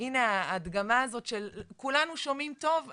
הנה ההדגמה הזו של כולנו שומעים טוב,